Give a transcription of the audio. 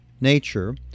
Nature